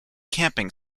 camping